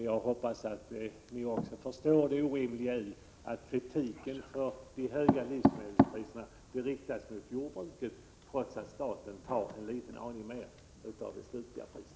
Jag hoppas att ni förstår det orimliga i att kritiken för de höga livsmedelspriserna riktas mot jordbruket, trots att staten tar en aning mer av det slutliga priset.